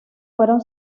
fueron